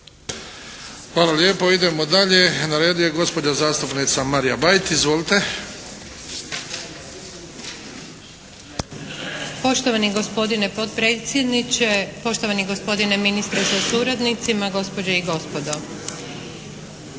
Hvala lijepo. Idemo dalje. Na redu je gospođa zastupnica Marija Bajt. Izvolite! **Bajt, Marija (HDZ)** Poštovani gospodine potpredsjedniče, poštovani gospodine ministre sa suradnicima, gospođe i gospodo!